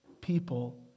people